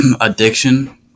addiction